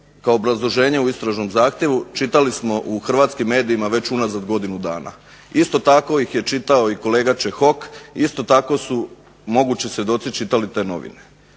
kao obrazloženje u istražnom zahtjevu čitali smo u hrvatskim medijima već unazad godinu dana. Isto tako ih je čitao i kolega Čehok. Isto tako su mogući svjedoci čitali te novine.